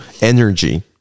energy